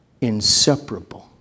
inseparable